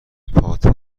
پات